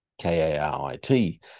K-A-R-I-T